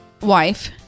wife